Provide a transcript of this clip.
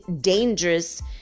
dangerous